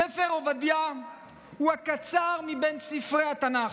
ספר עובדיה הוא הקצר מבין ספרי התנ"ך.